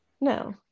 No